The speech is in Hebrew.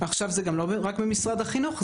עכשיו זה לא רק במשרד החינוך,